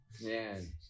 Man